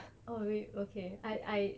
ya oh wait okay I I